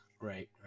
Right